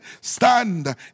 stand